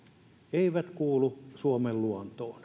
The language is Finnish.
eivät kuulu suomen luontoon